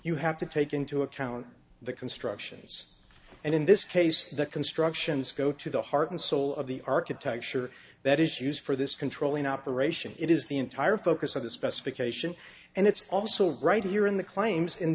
you have to take into account the constructions and in this case the constructions go to the heart and soul of the architecture that is used for this controlling operation it is the entire focus of the specification and it's also right here in the claims